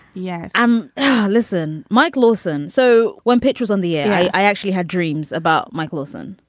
yes. i'm listen. mike lawson. so when pitcher's on the air, i actually had dreams about michael olson.